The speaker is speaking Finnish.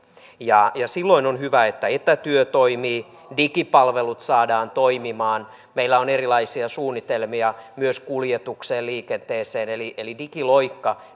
silloin on hyvä että etätyö toimii ja digipalvelut saadaan toimimaan meillä on erilaisia suunnitelmia myös kuljetukseen ja liikenteeseen eli eli digiloikka